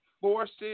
forces